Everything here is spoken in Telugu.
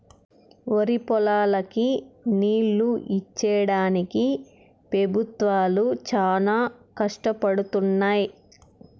వరిపొలాలకి నీళ్ళు ఇచ్చేడానికి పెబుత్వాలు చానా కష్టపడుతున్నయ్యి